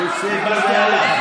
הוא הפסיק לדבר איתך.